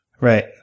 right